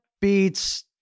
beats